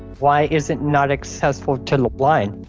why is it not accessible to the blind?